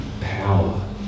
power